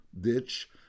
ditch